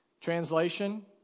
Translation